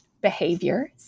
behaviors